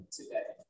today